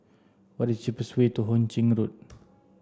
What is cheapest way to Ho Ching Road